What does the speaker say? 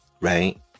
Right